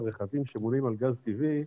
רכבים שמונעים על גז טבעי,